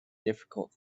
difficult